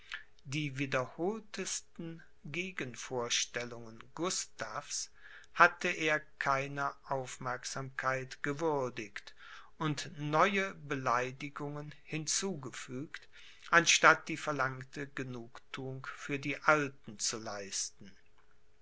die wiederholtesten gegenvorstellungen gustavs hatte er keiner aufmerksamkeit gewürdigt und neue beleidigungen hinzugefügt anstatt die verlangte genugthuung für die alten zu leisten